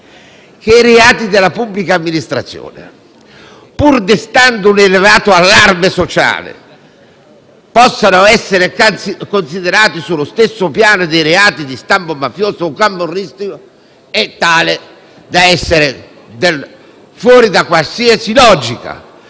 Che i reati contro la pubblica amministrazione, pur destando un elevato allarme sociale, possano essere considerati sullo stesso piano dei reati di stampo mafioso o camorristico è fuori da qualsiasi logica.